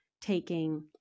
taking